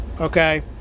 Okay